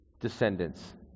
descendants